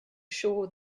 sure